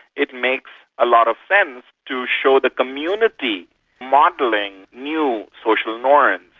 it makes a lot of sense to show the community modelling new social norms,